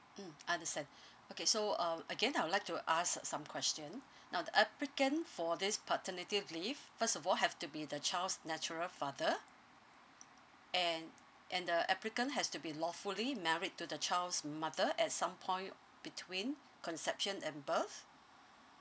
mm understand okay so um again I would like to ask some question now the applicant for this paternity leave first of all have to be the child's natural father and and the applicant has to be lawfully married to the child's mother at some point between conception and birth